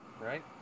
Right